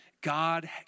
God